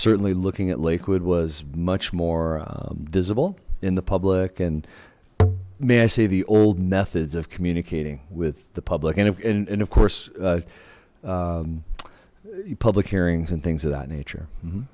certainly looking at lakewood was much more visible in the public and may i say the old methods of communicating with the public and and of course public hearings and things of that nature m